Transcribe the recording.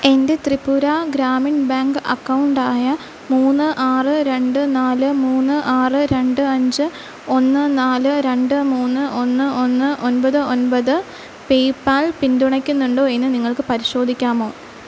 എൻ്റെ ത്രിപുര ഗ്രാമീൺ ബാങ്ക് അക്കൗണ്ടായ മൂന്ന് ആറ് രണ്ട് നാല് മൂന്ന് ആറ് രണ്ട് അഞ്ച് ഒന്ന് നാല് രണ്ട് മൂന്ന് ഒന്ന് ഒന്ന് ഒമ്പത് ഒമ്പത് പേയ്പാൽ പിന്തുണയ്ക്കുന്നുണ്ടോ എന്ന് നിങ്ങൾക്ക് പരിശോധിക്കാമോ